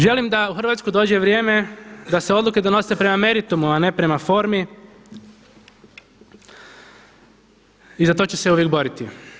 Želim da u Hrvatsku dođe vrijeme da se odluke donose prema meritumu, a ne prema formi i za to ću se uvijek boriti.